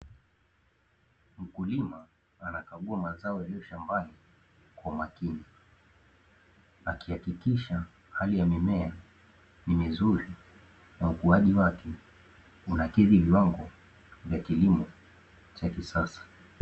Mkulima anakagua mazao yaliyo shambani kwa makini. Akihakikisha hali ya mimea ni mizuri na ukuaji wake unakidhi viwango vya kilimo cha kisasa .